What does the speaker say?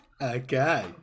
okay